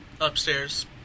upstairs